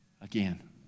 again